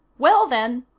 well, then,